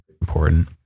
important